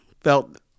felt